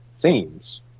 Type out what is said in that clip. themes